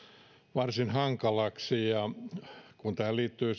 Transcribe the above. varsin hankalaksi kun tähän liittyy